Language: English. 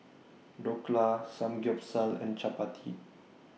Dhokla Samgyeopsal and Chapati